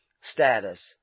status